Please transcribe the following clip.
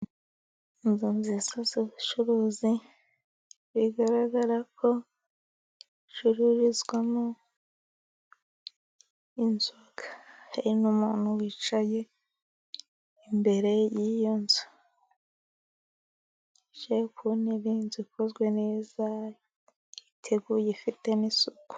Inzu nziza z'ubucuruzi bigaragara ko hacururizwamo inzoga, hari n'umuntu wicaye imbere y'iyo nzu yicaye ku intebe zikozwe neza ziteguye ifite n'isuku.